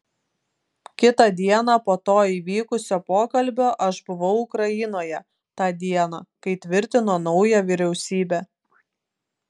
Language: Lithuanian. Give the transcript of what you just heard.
kitą dieną po to įvykusio pokalbio aš buvau ukrainoje tą dieną kai tvirtino naują vyriausybę